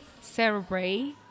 celebrate